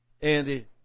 Andy